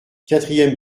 quatrième